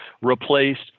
replaced